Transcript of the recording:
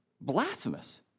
blasphemous